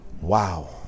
Wow